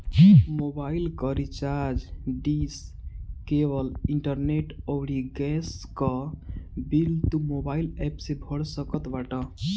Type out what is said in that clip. mobile कअ recharge, dish, cable, internet अउरी gas कअ बिल तू मोबाइल एप्प से भर सकत बाटअ